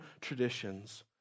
traditions